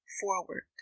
forward